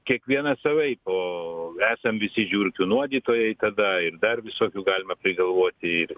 kiekvienas savaip o esam visi žiurkių nuodytojai tada ir dar visokių galima prigalvoti ir